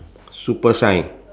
super shine